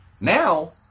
now